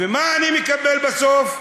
ומה אני מקבל בסוף?